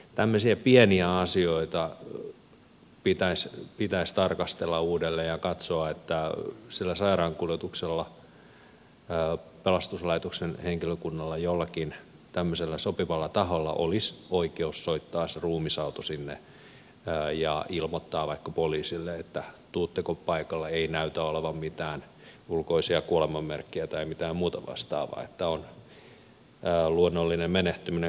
tämmöisiä pieniä asioita pitäisi tarkastella uudelleen ja katsoa että sillä sairaankuljetuksella pelastuslaitoksen henkilökunnalla jollakin tämmöisellä sopivalla taholla olisi oikeus soittaa se ruumisauto sinne ja ilmoittaa vaikka poliisille että tuletteko paikalle ei näytä olevan mitään ulkoisia kuolemanmerkkejä tai mitään muuta vastaavaa että on luonnollinen menehtyminen kyseessä